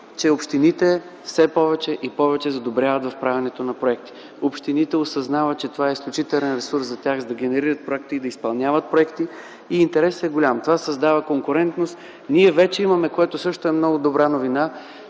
че общините все повече и повече задобряват в правенето на проекти. Общините осъзнават, че това е изключителен ресурс за тях, за да генерират проекти и да изпълняват проекти и интересът е голям – това създава конкурентност. Ние вече имаме много сериозен